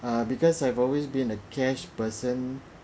uh because I've always been a cash person